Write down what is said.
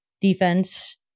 defense